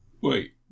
Wait